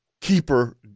keeper